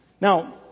Now